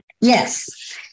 Yes